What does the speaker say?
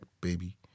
baby